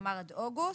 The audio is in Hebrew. כלומר עד אוגוסט,